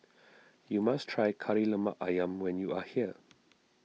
you must try Kari Lemak Ayam when you are here